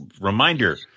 Reminder